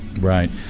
Right